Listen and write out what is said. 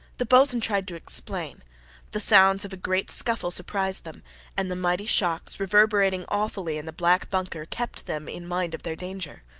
the boatswain tried to explain the sounds of a great scuffle surprised them and the mighty shocks, reverberating awfully in the black bunker, kept them in mind of their danger.